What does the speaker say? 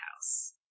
house